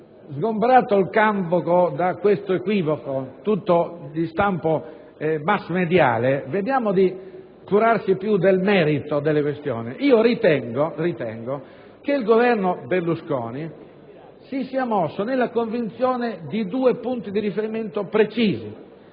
Sgombrato il campo da questo equivoco tutto di stampo massmediale, vediamo di curarci più del merito delle questioni. Ritengo che il Governo Berlusconi si sia mosso nella convinzione di due punti di riferimento precisi.